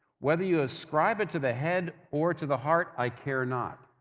whether you ascribe it to the head or to the heart, i care not.